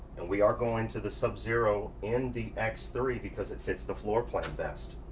and we are going to the subzero in the x three. because it fits the floor plan best.